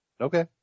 Okay